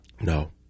No